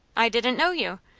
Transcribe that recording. i didn't know you!